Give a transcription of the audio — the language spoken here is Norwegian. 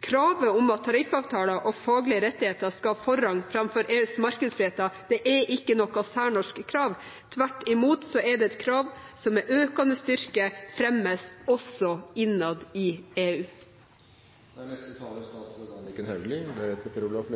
Kravet om at tariffavtaler og faglige rettigheter skal ha forrang framfor EUs markedskrefter, er ikke noe særnorsk krav, tvert imot er det et krav som med økende styrke fremmes også innad i EU. Forslagsstillerne er opptatt av at vi skal ha et anstendig og godt organisert